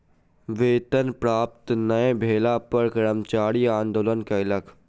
वेतन प्राप्त नै भेला पर कर्मचारी आंदोलन कयलक